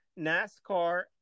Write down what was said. NASCAR